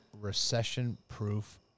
recession-proof